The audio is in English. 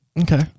okay